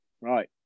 Right